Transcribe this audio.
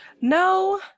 No